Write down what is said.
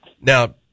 Now